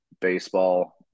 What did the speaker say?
baseball